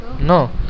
no